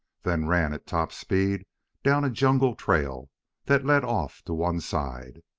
then ran at top speed down a jungle trail that led off to one side.